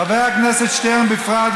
חבר הכנסת שטרן בפרט,